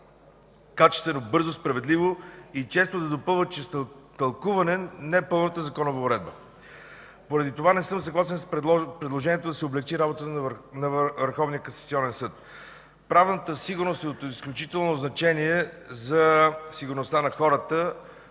качествено, бързо, справедливо и често да допълват чрез тълкуване непълната законова уредба. Поради това не съм съгласен с предложението да се облекчи работата на Върховния касационен съд. Правната сигурност е от изключително значение за сигурността на хората,